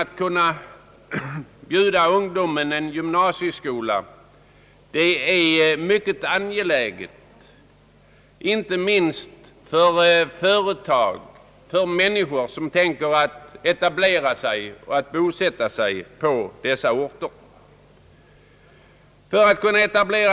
Att ungdomen kan erbjudas gymnasieutbildning framstår som angeläget inte minst för de människor som tänker bosätta sig på dessa orter eller etablera företag där.